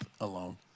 alone